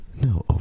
no